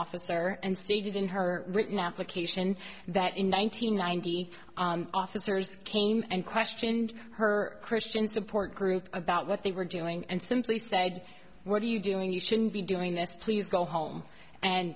officer and stated in her written application that in one nine hundred ninety officers came and questioned her christian support group about what they were doing and simply said what are you doing you shouldn't be doing this please go home and